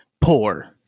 poor